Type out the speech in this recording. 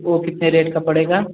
ओ कितने रेट का पड़ेगा